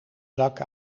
zak